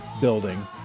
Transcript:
building